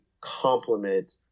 complement